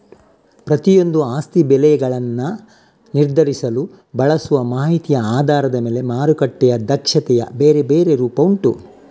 ಪ್ರತಿಯೊಂದೂ ಆಸ್ತಿ ಬೆಲೆಗಳನ್ನ ನಿರ್ಧರಿಸಲು ಬಳಸುವ ಮಾಹಿತಿಯ ಆಧಾರದ ಮೇಲೆ ಮಾರುಕಟ್ಟೆಯ ದಕ್ಷತೆಯ ಬೇರೆ ಬೇರೆ ರೂಪ ಉಂಟು